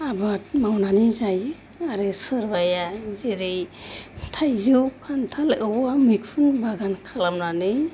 आबाद मावनानै जायो आरो सोरबा जेरै थाइजौ खानथाल औवा मैखुन बागान खालामनानै